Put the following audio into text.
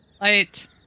Light